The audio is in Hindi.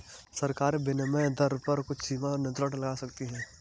सरकारें विनिमय दर पर कुछ सीमाएँ और नियंत्रण लगा सकती हैं